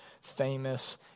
famous